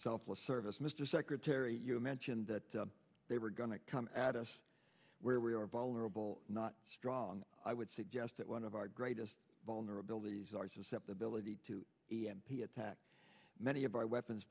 selfless service mr secretary you mentioned that they were going to come at us where we are vulnerable not strong i would suggest that one of our greatest vulnerabilities our susceptibility to e m p attack many of our weapons